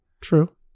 True